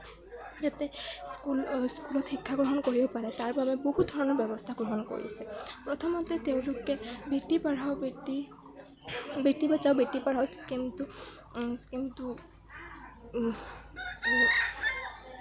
যাতে স্কুল স্কুলত শিক্ষাগ্ৰহণ কৰিব পাৰে তাৰ বাবে বহুত ধৰণৰ ব্যৱস্থা গ্ৰহণ কৰিছে প্ৰথমতে তেওঁলোকে বেটী পঢ়াও বেটী বচ্চাও বেটী পঢ়াও স্কিমটো